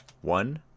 one